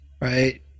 right